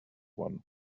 one